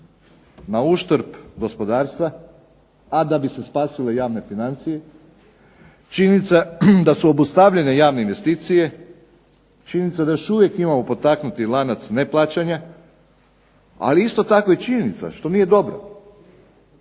na uštrb gospodarstva a da bi se spasile javne financije. Činjenica da su obustavljene javne investicije, činjenica da imamo još uvijek potaknuti lanac neplaćanja, ali isto tako i činjenica što nije dobro